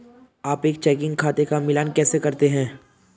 आप एक चेकिंग खाते का मिलान कैसे करते हैं?